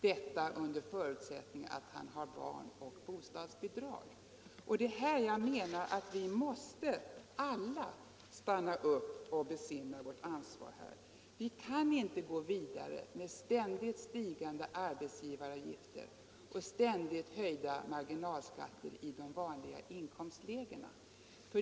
Detta under förutsättning att han har bostadsbidrag. Det är här jag menar att vi alla måste stanna upp och besinna vårt ansvar. Vi kan inte gå vidare med ständigt stigande arbetsgivaravgifter och ständigt höjda marginalskatter i de vanliga inkomstlägena.